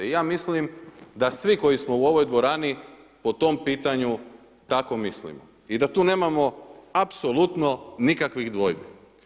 I ja mislim da svi koji smo u ovoj dvorani po tom pitanju tako mislimo i da tu nemamo apsolutno nikakvih dvojbi.